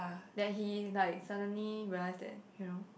that he like suddenly realize that you know